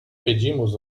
pedimos